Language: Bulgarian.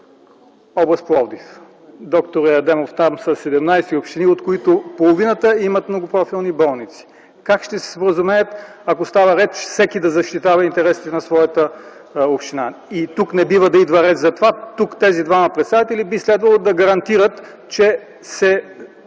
област Пловдив. Доктор Адемов, там са 17 общини, от които половината имат многопрофилни болници. Как ще се споразумеят, ако става реч всеки да защитава интересите на своята община? Тук не бива да идва реч за това, тук тези двама представители би следвало да гарантират, че се